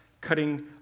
cutting